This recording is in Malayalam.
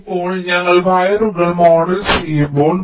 ഇപ്പോൾ ഞങ്ങൾ വയറുകൾ മോഡൽ ചെയ്യുമ്പോൾ